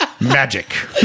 Magic